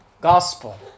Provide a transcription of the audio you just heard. gospel